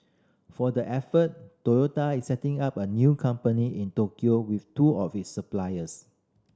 for the effort Toyota is setting up a new company in Tokyo with two of its suppliers